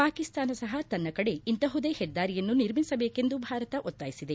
ಪಾಕಿಸ್ತಾನ ಸಹ ತನ್ನ ಕಡೆ ಇಂತಹುದೇ ಹೆದ್ದಾರಿಯನ್ನು ನಿರ್ಮಿಸಬೇಕೆಂದು ಭಾರತ ಒತ್ತಯಿಸಿದೆ